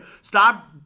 Stop